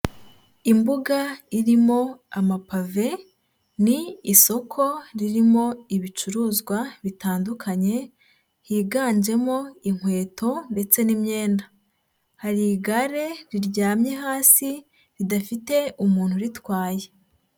Imbuga irimo amapave ni isoko ririmo ibicuruzwa bitandukanye, higanjemo inkweto ndetse n'imyenda. Hari igare riryamye hasi, ridafite umuntu uritwaye.